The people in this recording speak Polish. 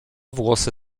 włosy